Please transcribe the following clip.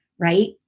right